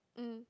mm